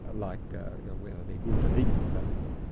like whether they're good to eat or so forth.